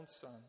Son